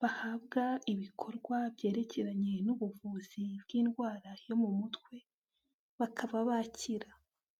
bahabwa ibikorwa byerekeranye n'ubuvuzi bw'indwara yo mu mutwe bakaba bakira.